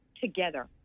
together